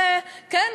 וכן,